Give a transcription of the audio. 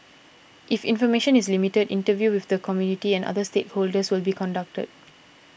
if information is limited interviews with the community and other stakeholders this will be conducted